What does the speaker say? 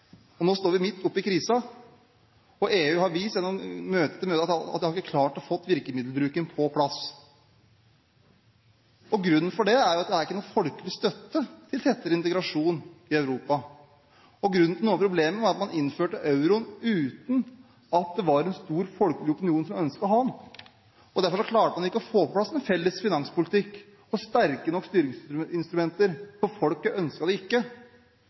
Nå står vi midt oppe i krisen, og EU har vist gjennom møte etter møte at de ikke har klart å få virkemiddelbruken på plass. Grunnen til det er at det ikke er noen folkelig støtte til tettere integrasjon i Europa. Grunnen til noe av problemet er at man innførte euroen uten at det var en stor folkelig opinion som ønsket å ha den. Derfor klarte man ikke å få på plass en felles finanspolitikk og sterke nok styringsinstrumenter. Folket ønsket det ikke.